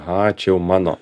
a čia jau mano